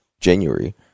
January